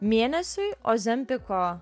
mėnesiui ozempiko